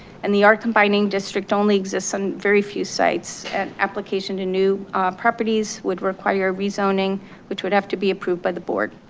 and the ah r-combining district only exists on very few sites and application to new properties would require rezoning which would have to be approved by the board.